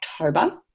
October